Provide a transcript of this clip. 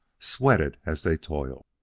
sweated as they toiled.